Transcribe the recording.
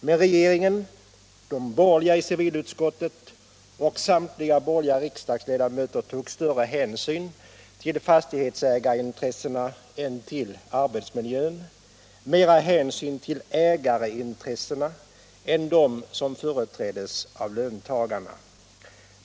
Men regeringen, de borgerliga i civilutskottet och samtliga borgerliga riksdagsledamöter tog större hänsyn till fastighetsägarintressena än till arbetsmiljön, mera hänsyn till ägarintressena än till de intressen som företräddes av löntagarna.